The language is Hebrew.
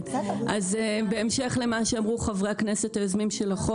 מוסלמים בגליל ובנגב יש תקנה אחרת שאמנם היא לא ועדת קבלה,